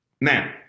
Now